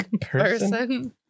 person